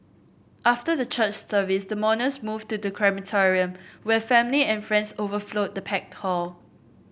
after the church service the mourners moved to the crematorium where family and friends overflowed the packed hall